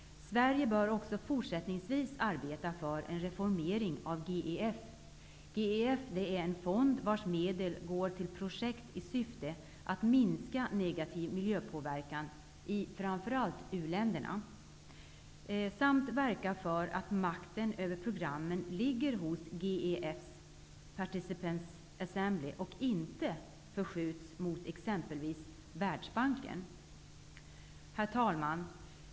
Sverige bör också fortsättningsvis arbeta för en reformering av GEF -- en fond vars medel går till projekt i syfte att minska negativ miljöpåverkan i framför allt u-länderna -- samt verka för att makten över programmen ligger hos GEF:s ''participants assembly'' och inte förskjuts mot exempelvis Herr talman!